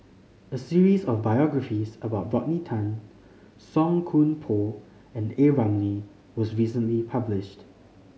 a series of biographies about Rodney Tan Song Koon Poh and A Ramli was recently published